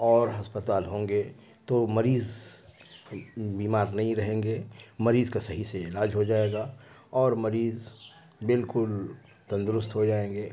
اور ہسپتال ہوں گے تو مریض بیمار نہیں رہیں گے مریض کا صحیح سے علاج ہو جائے گا اور مریض بالکل تندرست ہو جائیں گے